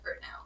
now